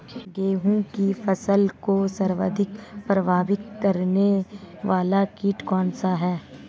गेहूँ की फसल को सर्वाधिक प्रभावित करने वाला कीट कौनसा है?